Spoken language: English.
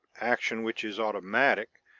action which is automatic,